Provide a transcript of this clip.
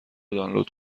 دانلود